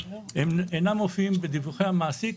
אינם מופיעים בדיווחי המעסיק.